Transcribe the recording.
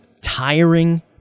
tiring